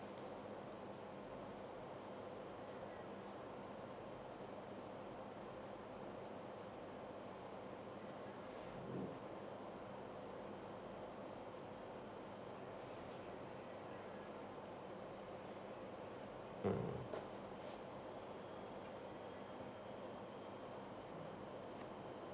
mm mm